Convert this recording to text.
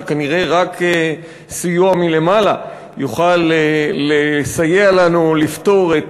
שכנראה רק סיוע מלמעלה יוכל לסייע לנו לפתור את